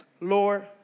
Lord